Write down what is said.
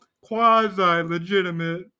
quasi-legitimate